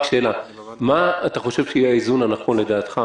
רק שאלה: מה אתה חושב שיהיה האיזון הנכון לדעתך,